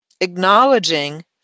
acknowledging